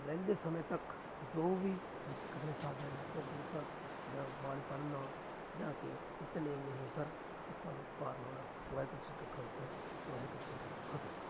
ਰਹਿੰਦੇ ਸਮੇਂ ਤੱਕ ਜੋ ਵੀ ਜਿਸ ਕਿਸੇ ਨੇ ਸਾਥ ਦੇਣਾ ਉਹ ਗੁਰੂ ਘਰ ਜਾਂ ਬਾਣੀ ਪੜ੍ਹਨ ਨਾਲ ਜਾਂ ਕਿ ਨਿਤਨੇਮ ਨੇ ਹੀ ਸਰ ਆਪਾਂ ਨੂੰ ਪਾਰ ਲਾਉਣਾ ਵਾਹਿਗੁਰੂ ਜੀ ਕਾ ਖਾਲਸਾ ਵਾਹਿਗੁਰੂ ਜੀ ਕੀ ਫਤਿਹ